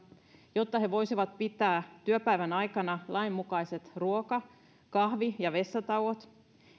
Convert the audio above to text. jotta he voisivat pitää työpäivän aikana lainmukaiset ruoka kahvi ja vessatauot